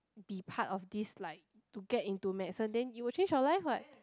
be part of this like to get into medicine then you will change your life what